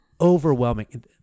overwhelming